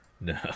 No